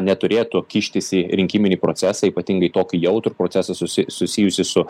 neturėtų kištis į rinkiminį procesą ypatingai tokį jautrų procesą susi susijusį su